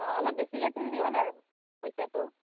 অলপ বেছিকৈ তুলিলে হ'ল আৰু পইচাটো